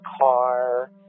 car